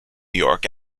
york